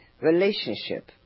relationship